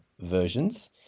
versions